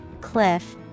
cliff